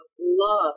love